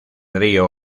río